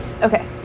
Okay